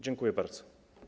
Dziękuję bardzo.